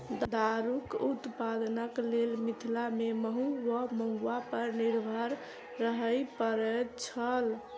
दारूक उत्पादनक लेल मिथिला मे महु वा महुआ पर निर्भर रहय पड़ैत छै